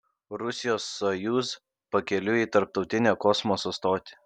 rusijos sojuz pakeliui į tarptautinę kosmoso stotį